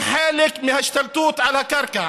הם חלק מההשתלטות על הקרקע,